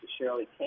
Shirley